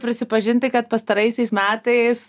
prisipažinti kad pastaraisiais metais